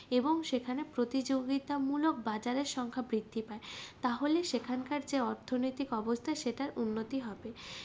এবং সেখানে প্রতিযোগিতামূলক বাজারের সংখ্যা বৃদ্ধি পায় তাহলে সেখানকার যে অর্থনৈতিক অবস্থা সেটার উন্নতি হবে